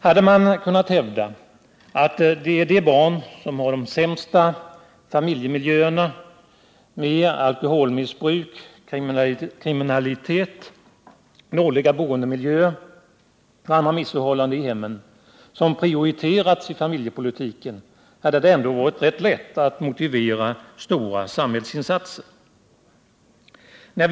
Hade man kunnat hävda att det är de barn som har det sämsta familjemiljöerna — med alkoholmissbruk, kriminalitet, dåliga boendemiljöer och andra missförhållanden i hemmen — som har prioriterats i familjepolitiken, hade det ändå varit ganska lätt att motivera stora samhällsinsatser.